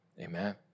Amen